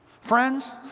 friends